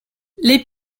les